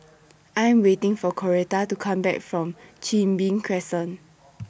I Am waiting For Coretta to Come Back from Chin Bee Crescent